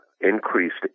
increased